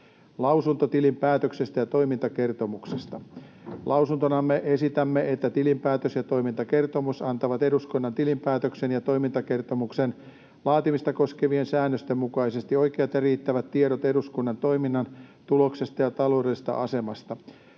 Lausunto tilinpäätöksestä ja toimintakertomuksesta: Lausuntonamme esitämme, että tilinpäätös ja toimintakertomus antavat eduskunnan tilinpäätöksen ja toimintakertomuksen laatimista koskevien säännösten mukaisesti oikeat ja riittävät tiedot eduskunnan toiminnan tuloksesta ja taloudellisesta asemasta.